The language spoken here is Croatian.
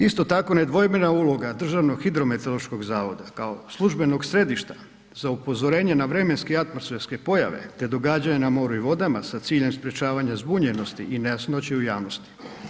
Isto tako nedvojbena je uloga Državnog hidrometeorološkog zavoda kao službenog središta za upozorenje na vremenske i atmosferske pojave te događanja na moru i vodama sa ciljem sprječavanja zbunjenosti i nejasnoće u javnosti.